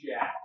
Jack